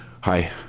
hi